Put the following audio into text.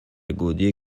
گودی